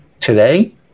Today